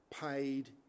paid